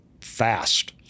fast